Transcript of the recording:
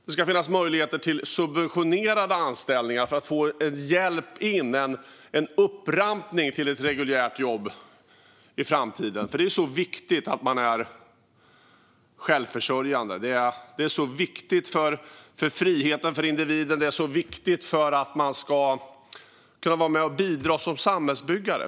Det ska finnas möjligheter till subventionerade anställningar för att få en hjälp in och en upprampning till ett reguljärt jobb i framtiden. För det är så viktigt att man är självförsörjande. Det är så viktigt för friheten för individen, och det är så viktigt för att man ska kunna vara med och bidra som samhällsbyggare.